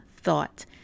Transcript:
thought